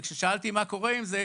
וכששאלתי: מה קורה עם זה?